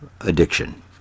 addiction